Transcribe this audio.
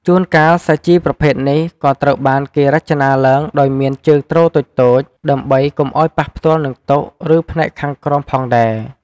ជួនកាល សាជីប្រភេទនេះក៏ត្រូវបានគេរចនាឡើងដោយមានជើងទ្រតូចៗ ដើម្បីកុំឱ្យប៉ះផ្ទាល់នឹងតុ ឬផ្ទៃខាងក្រោមផងដែរ។